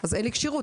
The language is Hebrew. אז אין לי כשירות,